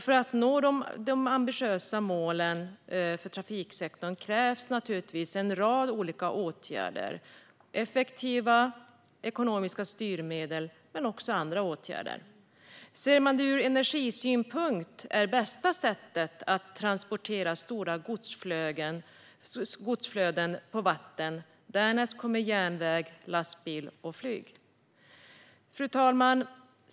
För att nå de ambitiösa målen för trafiksektorn krävs givetvis effektiva styrmedel men också andra åtgärder. Sett ur energisynpunkt är på vatten bästa sätt att transportera stora godsflöden. Därnäst kommer järnväg, lastbil och flyg. Fru talman!